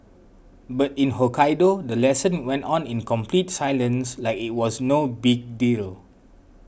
but in Hokkaido the lesson went on in complete silence like it was no big deal